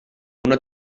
una